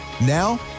Now